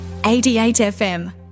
88FM